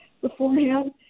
beforehand